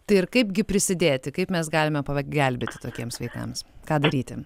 tai ir kaipgi prisidėti kaip mes galime pagelbėti tokiems vaikams ką daryti